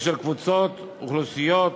ושל קבוצות אוכלוסייה